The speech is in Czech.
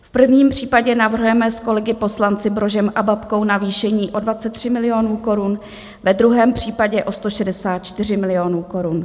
V prvním případě navrhujeme s kolegy poslanci Brožem a Babkou navýšení o 23 milionů korun, ve druhém případě o 164 milionů korun.